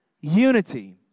Unity